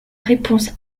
réponse